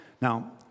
Now